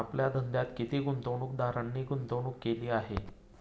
आपल्या धंद्यात किती गुंतवणूकदारांनी गुंतवणूक केली आहे?